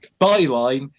Byline